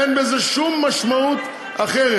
אין לזה שום משמעות אחרת.